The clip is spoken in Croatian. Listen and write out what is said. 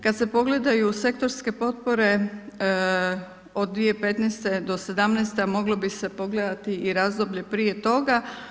Kada se pogledaju sektorske potpore od 2015.-2017. moglo bi se pogledati i razdoblje prije toga.